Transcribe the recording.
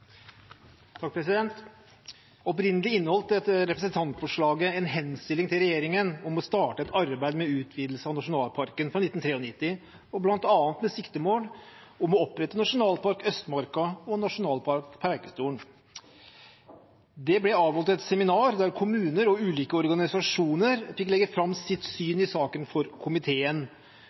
Opprinnelig inneholdt dette representantforslaget en henstilling til regjeringen om å starte et arbeid med utvidelse av nasjonalparkplanen fra 1993, bl.a. med siktemål om å opprette nasjonalpark Østmarka og nasjonalpark Preikestolen. Det ble avholdt et seminar der kommuner og ulike organisasjoner fikk legge fram sitt syn i saken for komiteen.